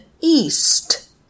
East